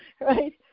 right